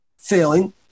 Failing